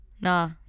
Nah